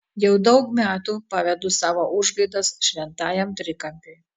jau daug metų pavedu savo užgaidas šventajam trikampiui